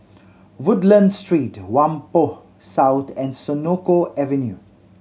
Woodlands Street Whampoa South and Senoko Avenue